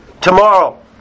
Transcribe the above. tomorrow